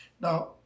Now